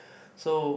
so